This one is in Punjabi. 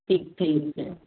ਠੀ ਠੀਕ ਹੈ